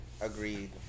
agreed